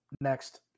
next